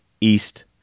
East